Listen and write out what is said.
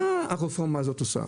מה הרפורמה הזאת עושה?